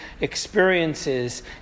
experiences